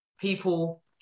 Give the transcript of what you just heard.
people